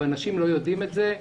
ואנשים לא יודעים את זה,